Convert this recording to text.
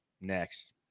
Next